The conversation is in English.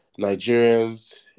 Nigerians